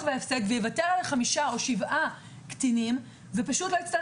וההפסד ויוותר על ה-5 או 7 קטינים ופשוט לא יצטרך